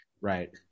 Right